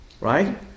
Right